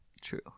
true